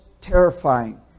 terrifying